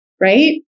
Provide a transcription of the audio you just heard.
Right